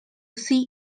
see